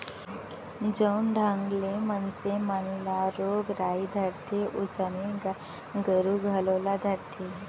जउन ढंग ले मनसे मन ल रोग राई धरथे वोइसनहे गाय गरू घलौ ल धरथे